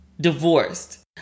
divorced